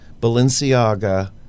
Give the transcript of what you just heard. Balenciaga